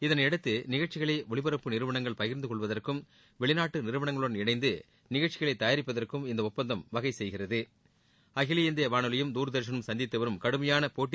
இதனையடுத்து நிகழ்ச்சிகளை ஒளிபரப்பு நிறுவனங்கள் பகிர்ந்து கொள்வதற்கும் வெளிநாட்டு நிறுவனங்களுடன் இணைந்து நிகழ்ச்சிகளை தயாரிப்பதற்கும் இந்த ஒப்பந்தம் வகை செய்கிறது அகில இந்திய வானொலியும் தூர்தர்ஷனும் சந்தித்துவரும் கடுளமயான போட்டி